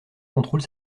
contrôle